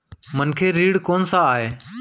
मनखे ऋण कोन स आय?